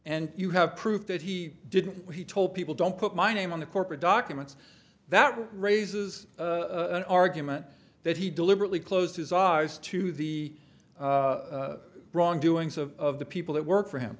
and you have proof that he didn't he told people don't put my name on the corporate documents that raises an argument that he deliberately closed his eyes to the wrongdoings of the people who work for him